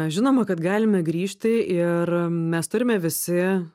žinoma kad galime grįžti ir mes turime visi